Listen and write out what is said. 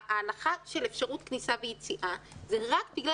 ההנחה של אפשרות כניסה ויציאה זה רק בגלל